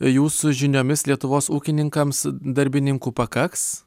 jūsų žiniomis lietuvos ūkininkams darbininkų pakaks